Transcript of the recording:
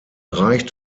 reicht